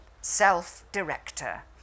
self-director